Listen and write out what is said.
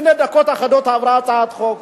לפני דקות אחדות עברה הצעת חוק